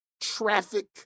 traffic